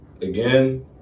Again